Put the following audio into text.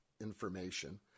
information